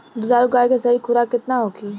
दुधारू गाय के सही खुराक केतना होखे?